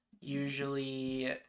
usually